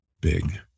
big